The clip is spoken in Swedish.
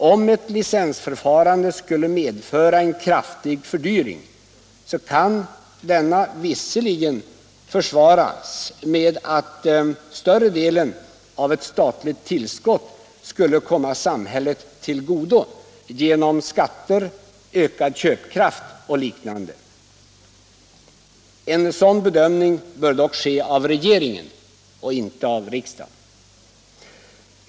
Om ett licensförfarande skulle medföra en kraftig fördyring, så kan denna visserligen försvaras med att större delen av ett statligt tillskott skulle komma samhället till godo genom skatter, ökad köpkraft och liknande, men en sådan bedömning bör göras av regeringen och inte av riksdagen.